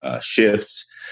shifts